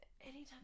anytime